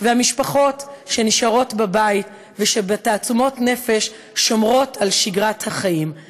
למשטרה ולרשויות נוספות בישראל תלונות רבות וקשות מצד רשויות מחוץ